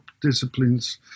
disciplines